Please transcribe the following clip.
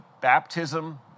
baptism